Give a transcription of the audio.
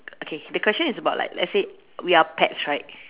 okay the question is about like let's say we are pets right